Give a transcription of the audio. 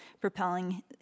propelling